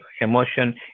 emotion